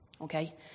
okay